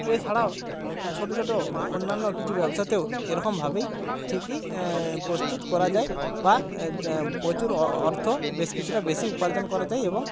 এছাড়াও ছোটো ছোটো অন্যান্য কিছু ব্যবসাতেও এরকমভাবেই ঠিকই প্রস্তুত করা যায় বা প্রচুর অর্থ বেশ কিছুটা বেশি উপার্জন করা যায় এবং